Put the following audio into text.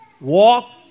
Walk